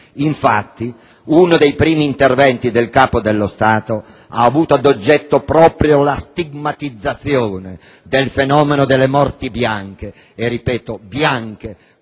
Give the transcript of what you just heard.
Infatti, uno dei primi interventi del Capo dello Stato ha avuto ad oggetto proprio la stigmatizzazione del fenomeno delle morti bianche, e ripeto, bianche,